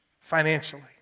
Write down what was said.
financially